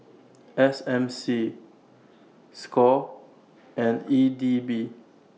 S M C SCORE and E D B